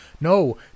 No